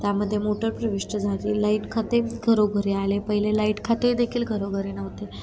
त्यामध्ये मोटर प्रविष्ट झाली लाईट खाते घरोघरी आले पहिले लाईट खाते देखील घरोघरी नव्हते